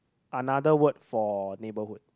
another word for neighborhood